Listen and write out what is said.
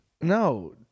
No